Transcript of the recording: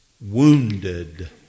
Wounded